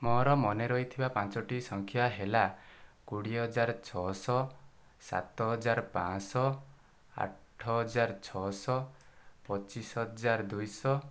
ମୋର ମନେ ରହିଥିବା ପାଞ୍ଚୋଟି ସଂଖ୍ୟା ହେଲା କୋଡ଼ିଏ ହଜାର ଛଅଶହ ସାତ ହଜାର ପାଞ୍ଚଶହ ଆଠ ହଜାର ଛଅଶହ ପଚିଶ ହଜାର ଦୁଇଶହ